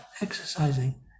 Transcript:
exercising